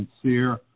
sincere